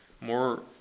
more